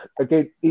again